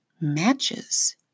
Matches